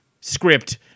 script